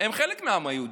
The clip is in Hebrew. הם חלק מהעם היהודי,